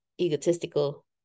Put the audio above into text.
egotistical